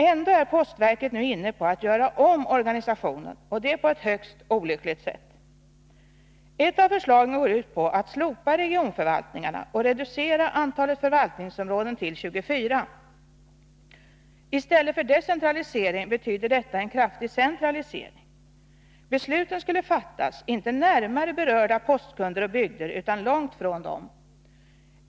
Ändå är postverket nu inne på att göra om organisationen, och det på ett högst olyckligt sätt. Ett av förslagen går ut på att slopa regionförvaltningarna och reducera antalet förvaltningsområden till 24. I stället för decentralisering betyder detta en kraftig centralisering. Besluten skulle fattas inte närmare berörda postkunder och bygder utan långt från dem.